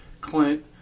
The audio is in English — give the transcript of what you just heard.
Clint